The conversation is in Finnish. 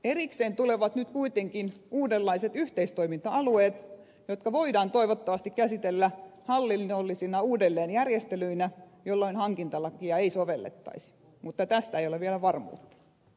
erikseen tulevat nyt kuitenkin uudenlaiset yhteistoiminta alueet jotka voidaan toivottavasti käsitellä hallinnollisina uudelleenjärjestelyinä jolloin hankintalakia ei sovellettaisi mutta tästä ei ole vielä varmuutta